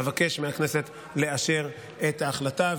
אבקש מהכנסת לאשר את ההחלטה.